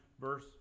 verse